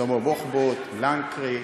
שלמה בוחבוט, לנקרי,